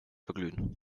verglühen